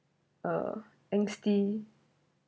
uh angsty